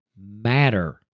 matter